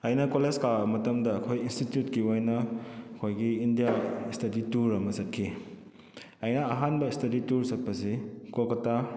ꯑꯩꯅ ꯀꯣꯂꯦꯖ ꯀꯥꯔꯕ ꯃꯇꯝꯗ ꯑꯩꯈꯣꯏ ꯏꯟꯁꯇꯤꯇ꯭ꯌꯨꯠꯀꯤ ꯑꯣꯏꯅ ꯑꯩꯈꯣꯏꯒꯤ ꯏꯟꯗꯤꯌꯥ ꯏꯁꯇꯗꯤ ꯇꯨꯔ ꯑꯃ ꯆꯠꯈꯤ ꯑꯩꯅ ꯑꯍꯥꯟꯕ ꯏꯁꯇꯗꯤ ꯇꯨꯔ ꯆꯠꯄꯁꯦ ꯀꯣꯜꯀꯇꯥ